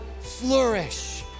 flourish